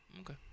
Okay